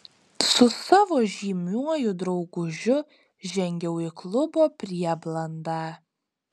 su savo žymiuoju draugužiu žengiau į klubo prieblandą